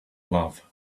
love